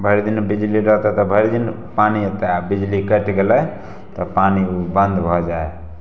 भरि दिन बिजली रहतै तऽ भरि दिन पानि एतै आ बिजली कटि गेलै तऽ पानि ओ बन्द भऽ जाए है